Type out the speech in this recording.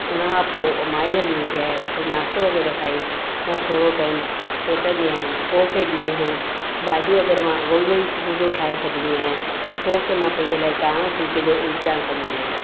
हुन खां पोइ माई हली विंदी आहे त नाश्तो वग़ैरह खाई मां थोरो टाइम लेटंदी आहियां पोइ ख़ेरु ॾींहं जो भाॼी वग़ैरह मां वोइ वोइ सुबुह जो ठाहे छॾंदी आहियां पोइ खे मां पंहिंजे चांवर फुल्के जो इंतजाम कंदी आहियां